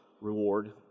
reward